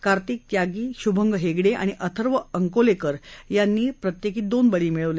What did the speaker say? कार्तिक त्यागी श्भंग हेगडे आणि अर्थव अंकोलेकर यांनी प्रत्येकी दोन बळी मिळवले